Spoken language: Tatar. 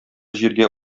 җиргә